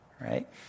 right